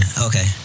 okay